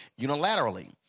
unilaterally